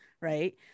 right